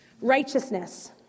righteousness